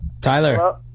Tyler